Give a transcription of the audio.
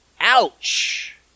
Ouch